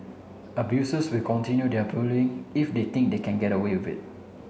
abusers will continue their bullying if they think they can get away of it